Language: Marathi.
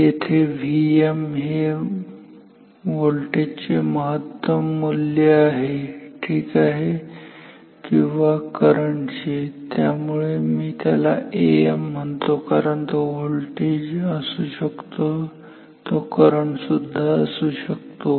येथे Vm हे व्होल्टेज महत्तम मूल्य आहे ठीक आहे किंवा करंट चे त्यामुळे मी त्याला Am म्हणतो कारण तो व्होल्टेज असू शकतो तो करंट सुद्धा असू शकतो